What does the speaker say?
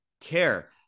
care